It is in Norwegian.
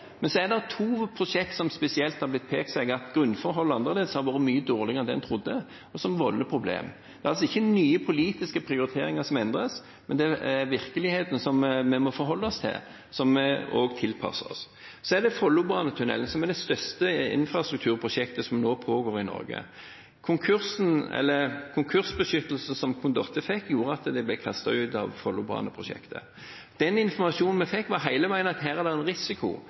Men så er det to prosjekter hvor det spesielt er blitt påpekt at grunnforholdene er annerledes og har vært mye dårligere enn man trodde, noe som volder problemer. Det er altså ikke nye politiske prioriteringer som endres, det er virkeligheten som vi må forholde oss til, og som vi også tilpasser oss. Så er det Follobane-tunnelen, som er det største infrastrukturprosjektet som nå pågår i Norge. Konkursbeskyttelsen som Condotte fikk, gjorde at de ble kastet ut av Follobane-prosjektet. Den informasjonen vi fikk, var hele veien at her er det en risiko,